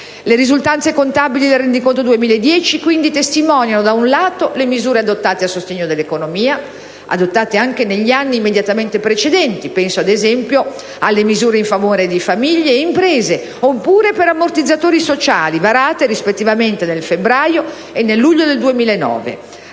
Le risultanze contabili del rendiconto 2010, quindi, testimoniano, da un lato, le misure adottate a sostegno dell'economia: mi riferisco a quelle adottate anche negli anni immediatamente precedenti, come ad esempio le misure in favore di famiglie ed imprese oppure per ammortizzatori sociali, varate rispettivamente nel febbraio e nel luglio del 2009.